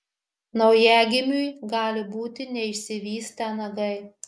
naujagimiui gali būti neišsivystę nagai